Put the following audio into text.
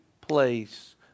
place